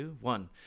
one